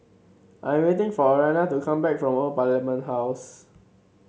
I am waiting for Aryanna to come back from Old Parliament House